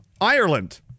Ireland